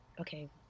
okay